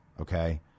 Okay